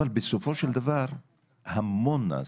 אבל בסופו של דבר המון נעשה,